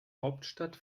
hauptstadt